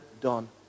done